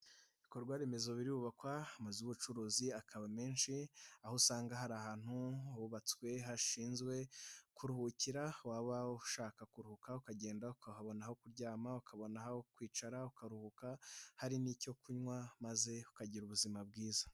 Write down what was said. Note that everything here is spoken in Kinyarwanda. Ibikorwa remezo birubakwa, amazu y'ubucuruzi akaba menshi, aho usanga hari ahantu hubatswe hashinzwe kuruhukira, waba ushaka kuruhuka ukagenda, ukahabona aho kuryama, ukabona aho kwicara, ukaruhuka, hari n'icyo kunywa maze ukagira ubuzima bwiza.